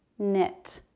knit,